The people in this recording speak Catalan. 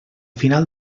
final